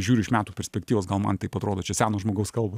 žiūri iš metų perspektyvos gal man taip atrodo čia seno žmogaus kalbos